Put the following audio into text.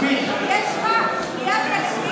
נכנסה.